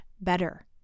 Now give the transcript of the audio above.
better